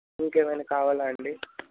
ఇంకేమైనా కావాలా అండి